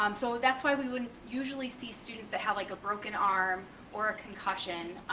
um so that's why we would usually see students that have like a broken arm or a concussion,